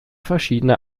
verschiedene